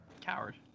Coward